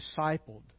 discipled